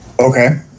Okay